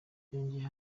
yongeyeho